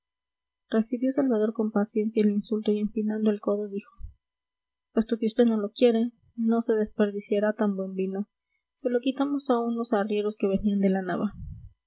y traidores recibió salvador con paciencia el insulto y empinando el codo dijo puesto que vd no lo quiere no se desperdiciará tan buen vino se lo quitamos a unos arrieros que venían de la nava